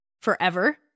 Forever